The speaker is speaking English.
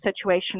situation